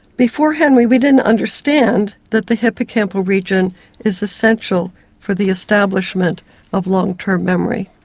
before henry we didn't understand that the hippocampal region is essential for the establishment of long-term memory.